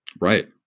Right